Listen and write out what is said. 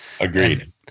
Agreed